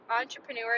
entrepreneur